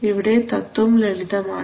ഇവിടെ തത്വം ലളിതമാണ്